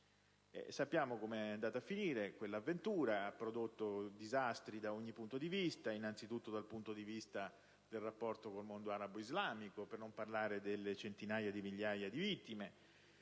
Sappiamo come è andata a finire: quell'avventura ha prodotto disastri da ogni punto di vista: anzitutto, dal lato del rapporto col mondo arabo-islamico, per non parlare delle centinaia di migliaia di vittime